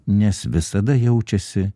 nes visada jaučiasi